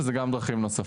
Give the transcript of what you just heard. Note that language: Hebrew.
וזה גם דרכים נוספות.